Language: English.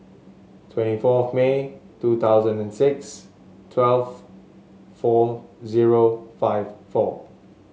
twenty four of May two thousand and six twelve four zero five four